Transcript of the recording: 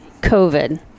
covid